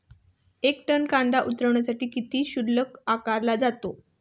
एक टन कांदा उतरवण्यासाठी किती शुल्क आकारला जातो?